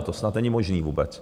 To snad není možný vůbec.